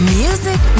music